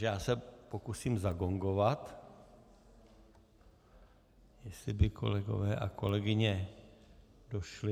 Já se pokusím zagongovat, jestli by kolegové a kolegyně došli.